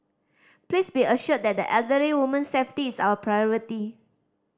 please be assured that the elderly woman's safety is our priority